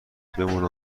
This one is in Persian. بمونه